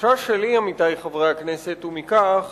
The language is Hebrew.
החשש שלי, עמיתי חברי הכנסת, הוא מכך